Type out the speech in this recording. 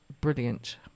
brilliant